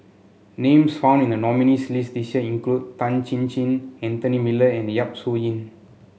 names found in the nominees' list this year include Tan Chin Chin Anthony Miller and Yap Su Yin